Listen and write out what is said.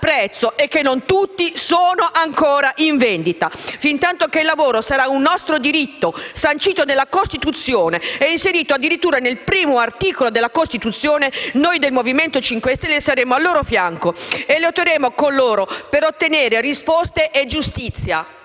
prezzo e che non tutti sono ancora in vendita. Fintanto che il lavoro sarà un nostro diritto, sancito dalla Costituzione e inserito addirittura nel suo primo articolo, noi del Movimento 5 Stelle saremo al loro fianco e lotteremo con loro per ottenere risposte e giustizia.